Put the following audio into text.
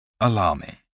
Alarming